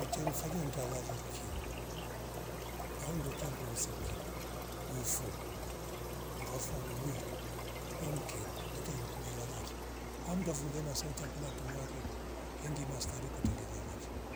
Weche mfanya ntalali kyo au ndoche ngoo sikyo nufwo ndwafa uwi yonkero kwete iruk ngilala vo au mndwa fungulia masauti ya kumatunwa redio hengi mastarehe kwete ngilala vo